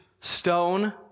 stone